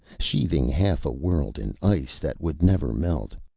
sheathing half a world in ice that would never melt.